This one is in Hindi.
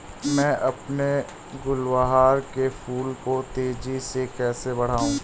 मैं अपने गुलवहार के फूल को तेजी से कैसे बढाऊं?